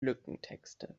lückentexte